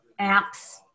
apps